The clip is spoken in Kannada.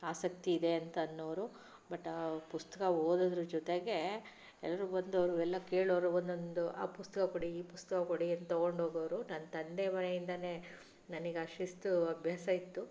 ಆಸಕ್ತಿ ಇದೆ ಅಂತ ಅನ್ನೋರು ಬಟ್ ಆ ಪುಸ್ತಕ ಓದೋದ್ರ ಜೊತೆಗೆ ಎಲ್ಲರು ಬಂದವರು ಎಲ್ಲ ಕೇಳೋರು ಒಂದೊಂದು ಆ ಪುಸ್ತಕ ಕೊಡಿ ಈ ಪುಸ್ತಕ ಕೊಡಿ ಅಂದು ತಗೊಂಡು ಹೋಗೋರು ನನ್ನ ತಂದೆ ಮನೆಯಿಂದಲೇ ನನಗೆ ಆ ಶಿಸ್ತು ಅಭ್ಯಾಸ ಇತ್ತು